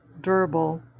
durable